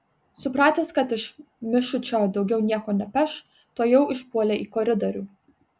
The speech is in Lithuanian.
supratęs kad iš mišučio daugiau nieko nepeš tuojau išpuolė į koridorių